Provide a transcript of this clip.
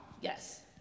Yes